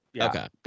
okay